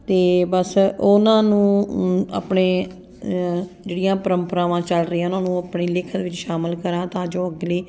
ਅਤੇ ਬਸ ਉਹਨਾਂ ਨੂੰ ਆਪਣੇ ਜਿਹੜੀਆਂ ਪਰੰਪਰਾਵਾਂ ਚੱਲ ਰਹੀਆਂ ਉਹਨਾਂ ਨੂੰ ਆਪਣੀ ਲਿਖਣ ਵਿੱਚ ਸ਼ਾਮਲ ਕਰਾਂ ਤਾਂ ਜੋ ਅਗਲੀ